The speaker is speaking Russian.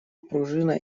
пружина